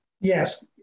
Yes